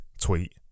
tweet